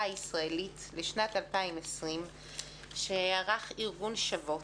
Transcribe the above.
הישראלית לשנת 2020 שערך ארגון "שוות".